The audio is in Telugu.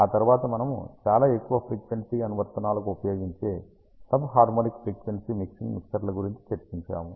ఆ తరువాత మనము చాలా ఎక్కువ ఫ్రీక్వెన్సీ అనువర్తనాలకు ఉపయోగించే సబ్ హర్మోనిక్ ఫ్రీక్వెన్సీ మిక్సింగ్ మిక్సర్ల గురించి చర్చించాము